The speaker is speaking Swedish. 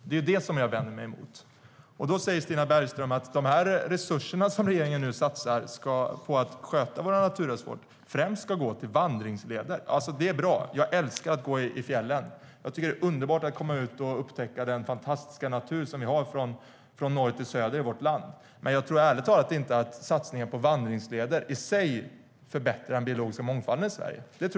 Det är detta jag vänder mig mot. Då säger Stina Bergström att de resurser som regeringen nu satsar på att sköta våra naturreservat främst ska gå till vandringsleder. Det är bra. Jag älskar att gå i fjällen, och jag tycker att det är underbart att få komma ut och upptäcka den fantastiska natur som vi har i vårt land från norr till söder. Men jag tror ärligt talat inte att satsningen på vandringsleder i sig förbättrar den biologiska mångfalden i Sverige.